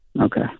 Okay